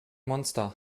monster